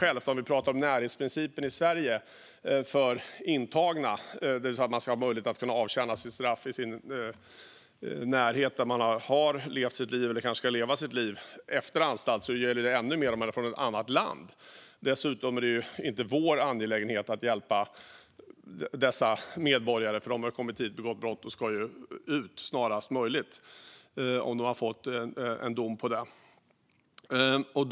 Men om vi pratar om närhetsprincipen för intagna i Sverige - att man ska ha möjlighet att avtjäna sitt straff i närheten av den plats där man har levt sitt liv eller kanske ska leva sitt liv efter anstalt - bör det ju gälla ännu mer om man är från ett annat land. Dessutom är det inte vår angelägenhet att hjälpa dessa medborgare, för de har ju kommit hit och begått brott. De ska ut snarast möjligt om de har fått en sådan dom.